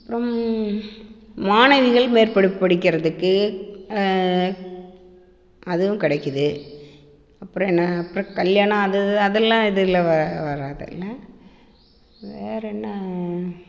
அப்புறம் மாணவிகள் மேற்படிப்பு படிக்கிறதுக்கு அதுவும் கிடைக்குது அப்புறம் என்ன அப்புறம் கல்யாணம் அது அதெல்லாம் இதில் வராதுல்ல வேற என்ன